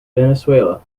venezuela